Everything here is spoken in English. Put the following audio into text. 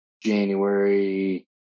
January